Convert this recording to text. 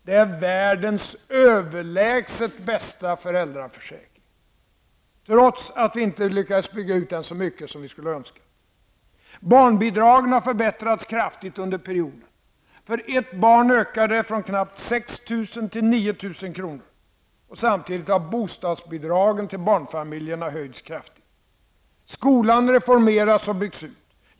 Det är världens överlägset bästa föräldraförsäkring, trots att vi inte lyckats bygga ut den så mycket som vi skulle önska. Barnbidragen har förbättrats kraftigt under perioden. För ett barn ökade det från knappt 6 000 till 9 000 kr. Samtidigt har bostadsbidragen till barnfamiljerna höjts kraftigt. Skolan reformeras och byggs ut.